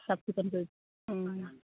চাফচিকুণ কৰি